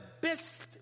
best